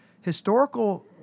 Historical